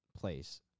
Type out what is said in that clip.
place